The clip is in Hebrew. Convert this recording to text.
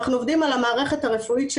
אנחנו עובדים על המערכת הרפואית של